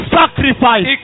sacrifice